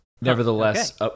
Nevertheless